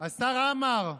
השר עמאר,